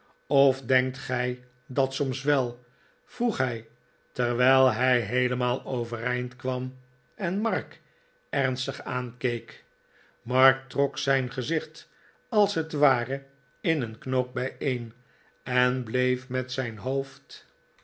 of denkt gij dat soms wel vroeg hij terwel hij heelemaal overeind kwam en mark ernstig aankeek mark trok zijn gezicht als het ware in een knoop bijeen en bleef met zijn hoofd